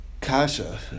Kasha